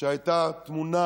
שהייתה טמונה